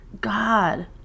God